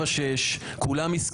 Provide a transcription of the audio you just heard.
על הפרק שתי הצעות לאופוזיציה: אחת,